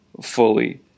fully